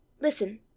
Listen